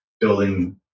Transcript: building